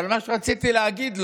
אבל מה שרציתי להגיד לו,